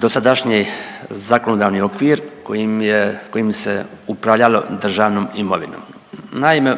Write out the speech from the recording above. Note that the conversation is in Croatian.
dosadašnji zakonodavni okvir kojim je, kojim se upravljalo državnom imovinom. Naime,